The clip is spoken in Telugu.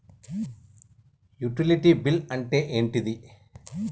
యుటిలిటీ బిల్ అంటే ఏంటిది?